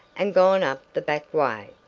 and gone up the back way.